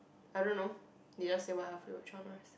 I don't know they just say what are your favourite genres